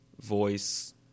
voice